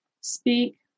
speak